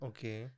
Okay